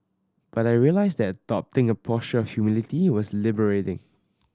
but I realised that adopting a posture of humility was liberating